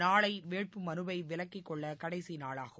நாளை வேட்புமனுவை விலக்கிக்கொள்ள கடைசிநாளாகும்